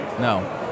No